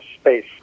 space